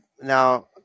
now